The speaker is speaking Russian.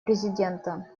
президента